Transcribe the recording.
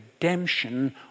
redemption